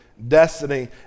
Destiny